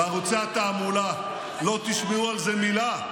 בערוצי התעמולה, לא תשמעו על זה מילה.